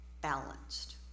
balanced